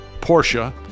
Porsche